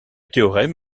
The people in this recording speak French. théorème